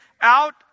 out